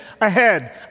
ahead